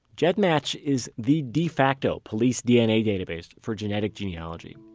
gedmatch is the defacto police dna database for genetic genealogy.